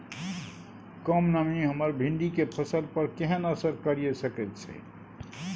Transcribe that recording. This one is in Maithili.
कम नमी हमर भिंडी के फसल पर केहन असर करिये सकेत छै?